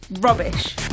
Rubbish